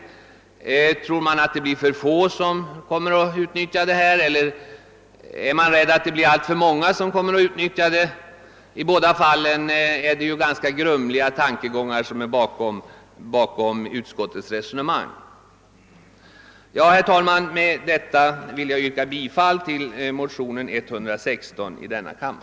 Tror man inom utskottet att det blir för få personer som kommer att utnyttja en förändring eller är man rädd för att det blir alltför många? I båda fallen måste ganska grumliga tankegångar ligga bakom utskottets resonemang. Herr talman! Med detta vill jag yrka bifall till motion 116 i denna kammare.